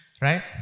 right